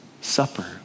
Supper